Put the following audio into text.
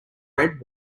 red